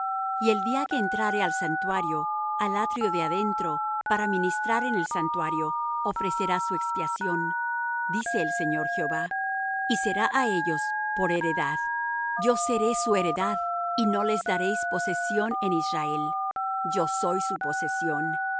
y el día que entrare al santuario al atrio de adentro para ministrar en el santuario ofrecerá su expiación dice el señor jehová y será á ellos por heredad yo seré su heredad y no les daréis posesión en israel yo soy su posesión